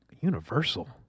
Universal